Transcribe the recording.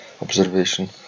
observation